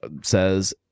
says